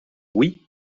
oui